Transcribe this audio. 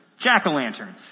jack-o'-lanterns